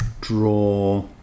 draw